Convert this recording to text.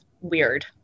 weird